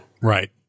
Right